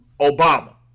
Obama